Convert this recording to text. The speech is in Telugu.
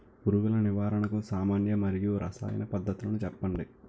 పురుగుల నివారణకు సామాన్య మరియు రసాయన పద్దతులను చెప్పండి?